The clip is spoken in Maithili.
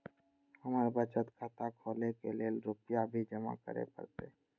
हमर बचत खाता खोले के लेल रूपया भी जमा करे परते?